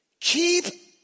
keep